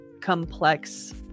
complex